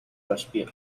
respir